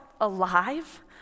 alive